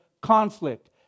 conflict